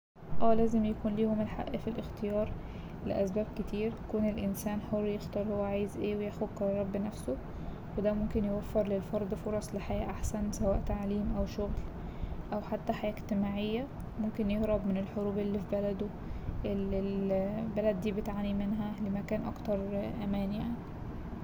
اه لازم يكون ليهم الحق في الإختيار لأسباب كتير كون الإنسان حر يختار هو عايز ايه وياخد قرار بنفسه وده ممكن يوفر للفرد فرص لحياة أحسن سواء تعليم أو شغل أو حتى حياة إجتماعية ممكن يهرب من الحروب اللي في بلده ال-ال- البلد دي بتعاني منها لمكان أكتر أمان يعني.